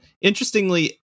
Interestingly